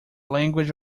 language